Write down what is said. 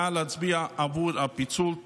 נא להצביע עבור הפיצול.